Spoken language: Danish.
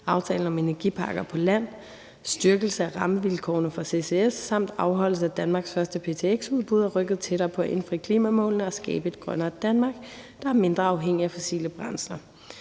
aftalen om energiparker på land, styrkelse af rammevilkårene for ccs og afholdelse af Danmarks første ptx-udbud er rykket tættere på at indfri klimamålene og skabe et grønnere Danmark, der er mindre afhængig af fossile brændsler.